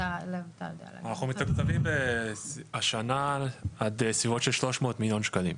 אנחנו מתוקצבים השנה עד סביבות של 300 מיליון שקלים.